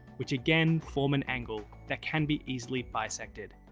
which again form an angle that can be easily bisected.